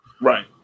Right